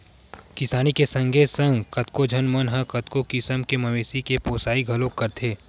किसानी के संगे संग कतको झन मन ह कतको किसम के मवेशी के पोसई घलोक करथे